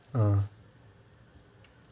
uh